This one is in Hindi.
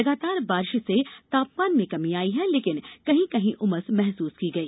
लगातार बारिश से तापमान में कमी आई है लेकिन कहीं कहीं उमस महसूस की गई